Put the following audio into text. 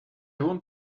want